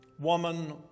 Woman